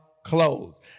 Clothes